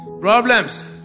problems